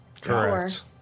Correct